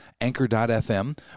Anchor.fm